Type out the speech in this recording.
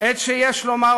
(יש עתיד):